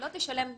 היא לא תשלם סתם.